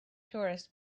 tourists